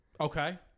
Okay